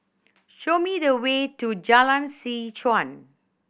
show me the way to Jalan Seh Chuan